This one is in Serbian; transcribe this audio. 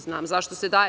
Znam zašto se daje.